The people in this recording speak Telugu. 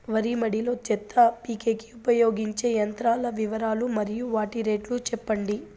వరి మడి లో చెత్త పీకేకి ఉపయోగించే యంత్రాల వివరాలు మరియు వాటి రేట్లు చెప్పండి?